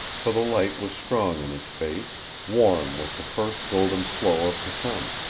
for the light was strong in his face, warm with the first golden flow of the sun.